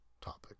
topic